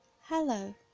hello